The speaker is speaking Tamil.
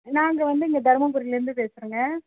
நாங்கள் வந்து இங்கே தர்மபுரியில இருந்து பேசுகிறங்க